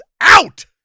out